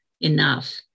enough